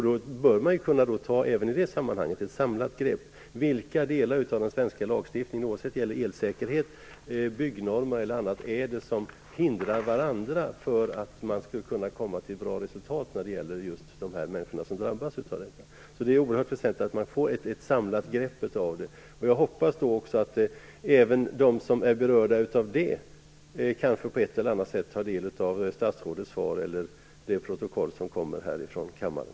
Då bör det kunna tas ett samlat grepp kring vilka delar av den svenska lagstiftningen, oavsett om det gäller elsäkerhet, byggnormer eller annat, det är som hindrar varandra för att resultatet skall kunna bli bra när det gäller just de människor som är drabbade. Det är alltså oerhört väsentligt att man tar ett samlat grepp. Jag hoppas också att även de som är berörda av detta på ett eller annat sätt tar del av statsrådets svar eller det protokoll som förs här i kammaren.